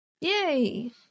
Yay